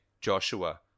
Joshua